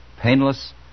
painless